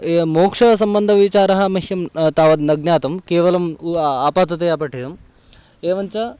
एवं मोक्षसम्बन्धविचारः मह्यं तावत् न ज्ञातं केवलम् आपातया पठितम् एवञ्च